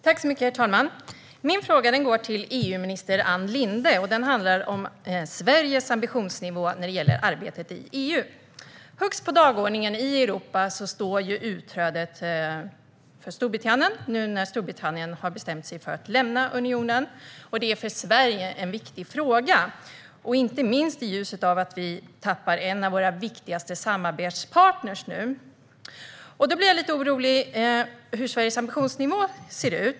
Herr talman! Min fråga går till EU-minister Ann Linde och handlar om Sveriges ambitionsnivå vad gäller arbetet i EU. Högst på dagordningen i Europa står Storbritanniens utträde, när landet nu har bestämt sig för att lämna unionen. Detta är en viktig fråga för Sverige, inte minst i ljuset av att vi tappar en av våra viktigaste samarbetspartner. Och jag är lite orolig över Sveriges ambitionsnivå.